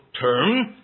term